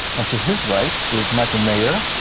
and to his right is michael mayer,